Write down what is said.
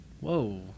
Whoa